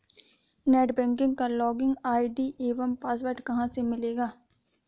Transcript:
Net banking का login ID एवं password कहाँ से मिलेगा?